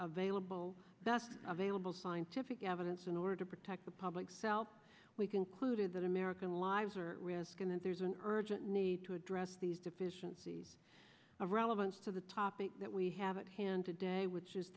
available vailable scientific evidence in order to protect the public sell we concluded that american lives are at risk and that there's an urgent need to address these deficiencies of relevance to the topic that we have at hand today which is